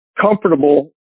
comfortable